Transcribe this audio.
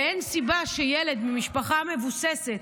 אין סיבה שילד ממשפחה מבוססת,